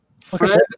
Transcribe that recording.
Fred